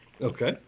Okay